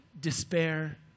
despair